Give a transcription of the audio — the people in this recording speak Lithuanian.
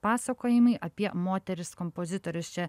pasakojimai apie moteris kompozitorius čia